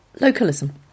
Localism